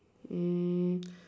um